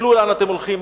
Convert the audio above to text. תסתכלו לאן אתם הולכים.